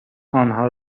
آنها